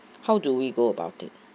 how do we go about it